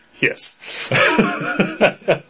Yes